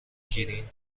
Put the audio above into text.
گرین